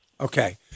Okay